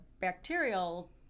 bacterial